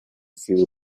few